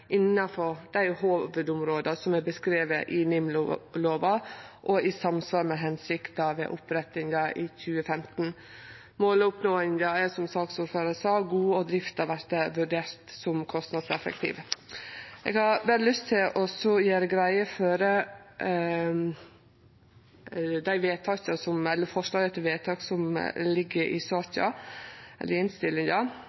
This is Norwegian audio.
innanfor dei hovudområda som er beskrivne i NIM-lova, og i samsvar med hensikta ved opprettinga i 2015. Som saksordføraren sa, er måloppnåinga god, og drifta vert vurdert som kostnadseffektiv. Eg har berre lyst til å gjere greie for dei forslaga til vedtak som ligg i